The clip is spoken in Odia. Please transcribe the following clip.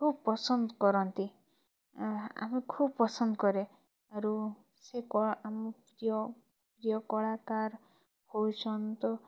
ଖୁବ୍ ପସନ୍ଦ କରନ୍ତି ଆଉ ମୁଁ ଖୁବ୍ ପସନ୍ଦ କରେ ଆରୁ ସେ କଳା ଆମ ଯେଉ ଯେଉ କଳାକାର କହୁଛନ୍ ତ